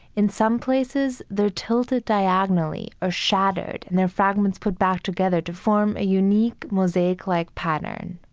in some places, they're tilted diagonally or shattered, and their fragments put back together to form a unique mosaic like pattern.